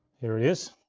here it is.